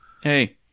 Hey